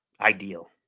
ideal